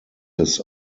his